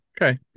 Okay